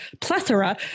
plethora